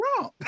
wrong